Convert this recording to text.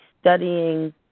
studying